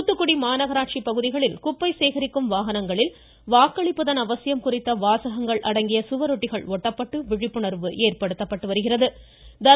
தூத்துக்குடி மாநகராட்சி பகுதிகளில் குப்பை சேகரிக்கும் வாகனங்களில் வாக்களிப்பதன் அவசியம் குறித்த வாசகங்கள் அடங்கிய சுவரொட்டிகள் ஒட்டப்பட்டு விழிப்புணர்வு ஏற்படுத்தப்பட்டது